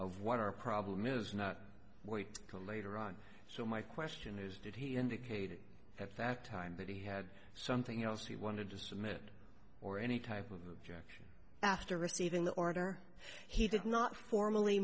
of what our problem is not wait till later on so my question is did he indicated at that time that he had something else he wanted to submit or any type of object after receiving the order he did not formally